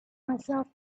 myself